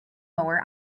mower